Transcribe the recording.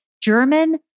German